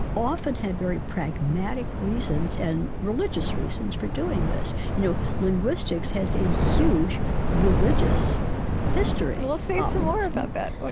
often had very pragmatic reasons and religious reasons for doing this. you know linguistics has a huge religious history well, say some more about that. what,